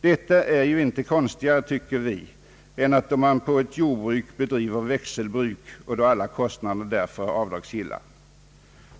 Detta är ju inte konstigare, tycker vi, än då man på ett jordbruk bedriver växelbruk och alla kostnader därför är avdragsgilla.